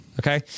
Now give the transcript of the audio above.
Okay